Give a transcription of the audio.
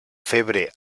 febre